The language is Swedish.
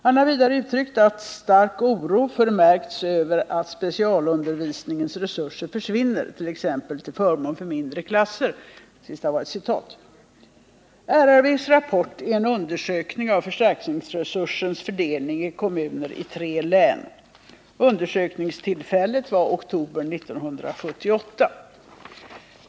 Han har vidare uttryckt att ”stark oro förmärkts över att specialundervisningens resurser försvinner, t.ex. till förmån för mindre klasser”. RRV:s rapport är en undersökning av förstärkningsresursens fördelning i kommuner i tre län. Undersökningstillfället var oktober 1978.